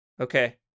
Okay